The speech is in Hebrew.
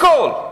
הכול.